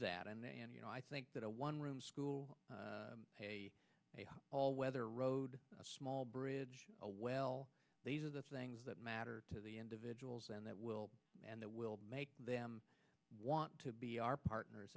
that and you know i think that a one room school all whether road a small bridge a well these are the things that matter to the individuals and that will and that will make them want to be our partners